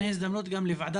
גם אני